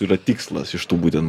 yra tikslas iš tų būten